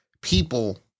people